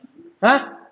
!huh!